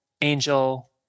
angel